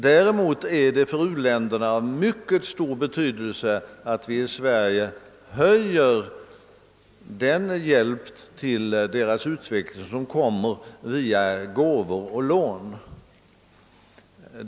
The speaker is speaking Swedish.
Däremot är det av mycket stor betydelse för u-länderna, att vi i Sverige höjer den hjälp till deras utveckling som kommer via gåvor och lån.